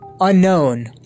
unknown